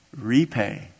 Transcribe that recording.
Repay